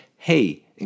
Hey